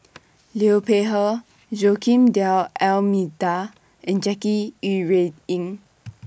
Liu Peihe Joaquim D'almeida and Jackie Yi Ru Ying